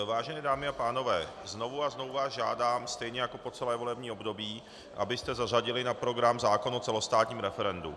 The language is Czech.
Vážené dámy a pánové, znovu a znovu vás žádám stejně jako po celé volební období, abyste zařadili na program zákon o celostátním referendu.